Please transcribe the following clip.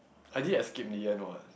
I did escape in the end what